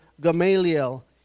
Gamaliel